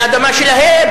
זו האדמה שלהם.